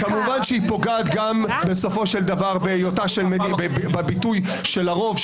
-- וכמובן היא גם פוגעת בסופו של דבר בביטוי של הרוב,